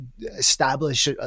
establish